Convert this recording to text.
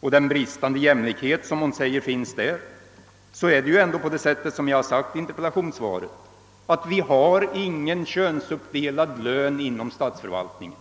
med den bristande jämlikhet som hon säger finns när det gäller lönerna, så måste jag än en gång framhålla att vi inte har några könsuppdelade löner inom statsförvaltningen.